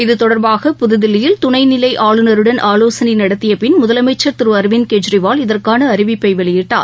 இத்தொடர்பாக புதுதில்லியில் துணைநிலை ஆளுநருடன் ஆலோசனை நடத்தியபின் முதலமைச்சர் திரு அரவிந்த் கெஜ்ரிவால் இதற்கான அறிவிப்பை வெளியிட்டார்